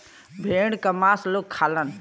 भेड़ क मांस लोग खालन